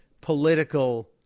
political